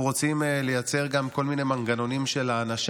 אנחנו רוצים לייצר גם כל מיני מנגנונים של הענשה